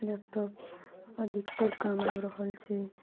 laptop अधिकतर काम आबि रहल छै